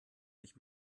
mich